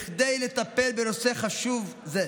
כדי לטפל בנושא חשוב זה.